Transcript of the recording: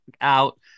out